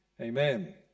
Amen